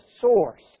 source